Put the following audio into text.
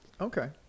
Okay